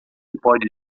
pode